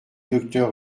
docteur